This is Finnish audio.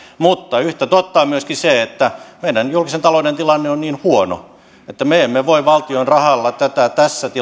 mutta yhtä totta on myöskin se että meidän julkisen talouden tilanne on niin huono että me emme voi valtion rahalla tätä tässä